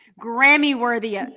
Grammy-worthy